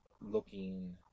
looking